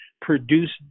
produced